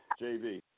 JV